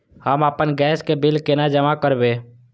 हम आपन गैस के बिल केना जमा करबे?